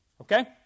Okay